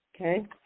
Okay